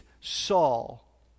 Saul